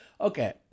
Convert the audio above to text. okay